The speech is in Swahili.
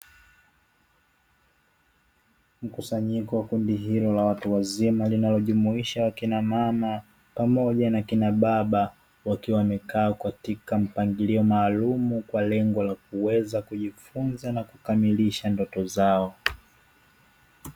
Mkusanyiko wa kundi hilo la watu wazima linalojumuisha akina mama pamoja na kina baba wakiwa wamekaa katika mpangilio maalumu kwa lengo la kuweza kujifunza na kukamilisha ndoto zao.